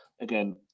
again